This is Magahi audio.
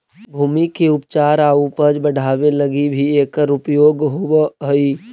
भूमि के उपचार आउ उपज बढ़ावे लगी भी एकर उपयोग होवऽ हई